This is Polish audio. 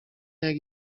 jak